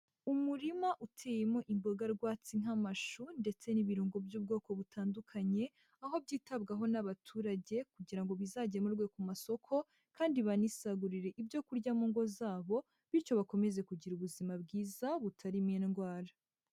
Umurima uteyemo imboga rwatsi nk'amashu ndetse n'ibirungo by'ubwoko butandukanye, aho byitabwaho n'abaturage kugira ngo bizagemurwe ku masoko, kandi banisagurire ibyo kurya mu ngo zabo, bityo bakomeze kugira ubuzima bwiza butarimo indwara.